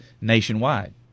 nationwide